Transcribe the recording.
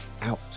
out